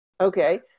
Okay